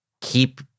keep